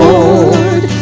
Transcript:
Lord